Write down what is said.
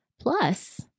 Plus